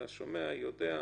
אתה שומע, יודע.